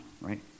right